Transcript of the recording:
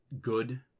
good